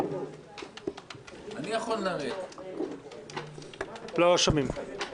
שלום, אני יועצת משפטית במשרד הביטחון.